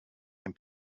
and